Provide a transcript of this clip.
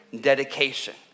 dedication